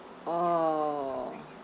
orh